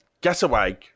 Getaway